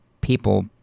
people